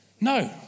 no